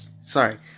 sorry